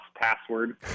password